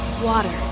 Water